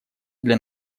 для